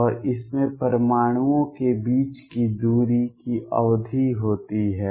और इसमें परमाणुओं के बीच की दूरी की अवधि होती है